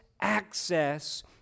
access